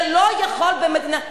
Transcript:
זה לא יכול במדינה,